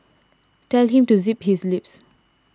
tell him to zip his lips